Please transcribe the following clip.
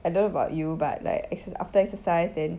I don't know about you but like exer~ after exercise then